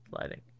lighting